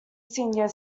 senior